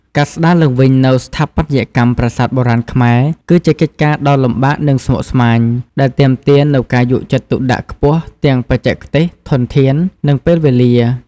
ការស្ដារឡើងវិញនូវស្ថាបត្យកម្មប្រាសាទបុរាណខ្មែរ គឺជាកិច្ចការដ៏លំបាកនិងស្មុគស្មាញ ដែលទាមទារនូវការយកចិត្តទុកដាក់ខ្ពស់ ទាំងបច្ចេកទេស ធនធាន និងពេលវេលា។